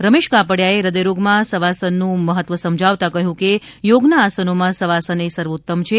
રમેશ કાપડિયાએ હ્રદય રોગમાં સવાસનનું મહત્વ સમજાવતા કહ્યું હતું કે યોગના આસનોમાં સવાસન એ સર્વોત્તમ છે